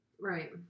Right